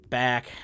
back